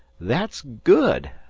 that's good,